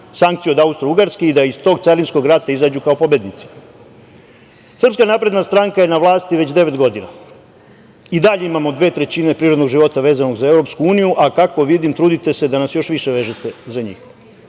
sankciju od Austrougarske i da iz tog Carinskog rata izađu kao pobednici. Srpska napredna stranka je na vlasti već devet godina i dalje imamo dve trećine prirodnog života vezanog za EU, a kako vidim, trudite se da nas još više vežete za njih.Za